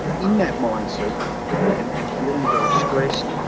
in that mindset and and feeling very stressed,